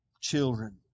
children